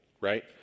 Right